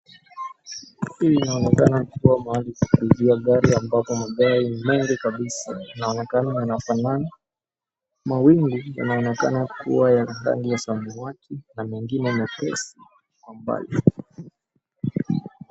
Hii inaonekana kuwa mahali pa kuuzia gari ambapo magari ni mengi kabisa inaonekana yanafanana. Mawingu inaonekana kuwa ya rangi ya samawati na mengine mepesi kwa umbali.